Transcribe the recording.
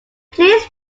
please